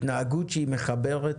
התנהגות שהיא מחברת.